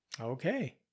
Okay